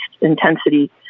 intensity